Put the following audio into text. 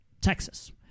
Texas